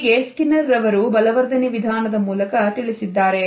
ಹೀಗೆ ಸ್ಕಿನ್ನರ್ ರವರು ಬಲವರ್ಧನೆ ವಿಧಾನದ ಮೂಲಕ ತಿಳಿಸಿದ್ದಾರೆ